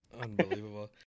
Unbelievable